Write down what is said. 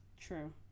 True